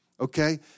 Okay